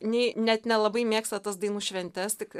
nei net nelabai mėgsta tas dainų šventes tik